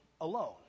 alone